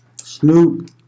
Snoop